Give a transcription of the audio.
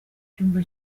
cyumba